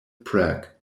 prague